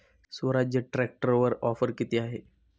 स्वराज्य ट्रॅक्टरवर ऑफर किती आहे?